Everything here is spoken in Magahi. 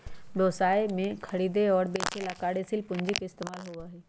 व्यवसाय में खरीदे और बेंचे ला कार्यशील पूंजी के इस्तेमाल होबा हई